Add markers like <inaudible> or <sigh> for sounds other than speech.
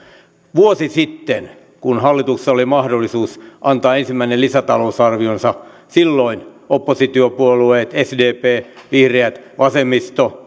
vuosi sitten kun hallituksella oli mahdollisuus antaa ensimmäinen lisätalousarvionsa silloin oppositiopuolueet sdp vihreät vasemmisto <unintelligible>